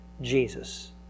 Jesus